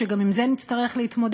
שגם עם זה נצטרך להתמודד,